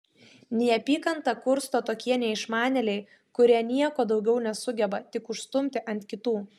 neapykantą kursto tokie neišmanėliai kurie nieko daugiau nesugeba tik užstumti ant kitų